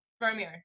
Romeo